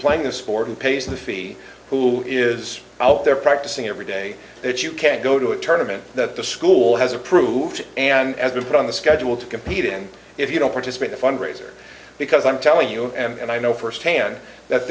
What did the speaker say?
playing a sport and pays the fee who is out there practicing every day that you can go to a tournament that the school has approved and the put on the schedule to compete and if you don't participate the fundraiser because i'm telling you and i know firsthand that